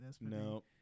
no